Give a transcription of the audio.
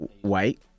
White